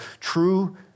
true